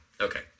Okay